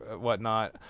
whatnot